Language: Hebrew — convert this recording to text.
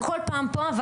בכל פעם זה הגיע לכאן,